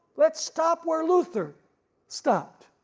let's stop where luther stopped.